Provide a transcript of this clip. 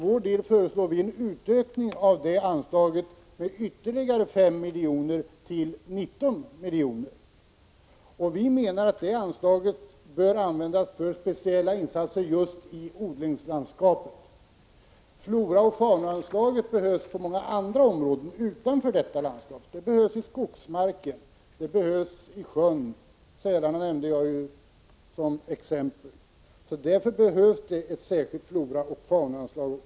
Vi föreslår en ökning av anslaget med ytterligare S milj.kr., till 19 milj.kr. Vi menar att detta anslag bör användas för speciella insatser just i odlingslandskapet. Floraoch faunaanslaget behövs på många andra områden utanför odlingslandskapet, bl.a. skogsmarken och sjön. Jag angav tidigare sälarna som ett exempel. Det fordras därför ett särskilt floraoch faunaanslag också.